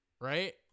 right